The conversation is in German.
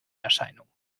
erscheinung